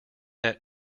that